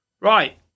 Right